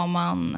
man